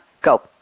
go